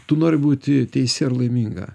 tu nori būti teisi ar laiminga